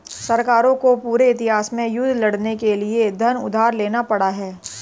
सरकारों को पूरे इतिहास में युद्ध लड़ने के लिए धन उधार लेना पड़ा है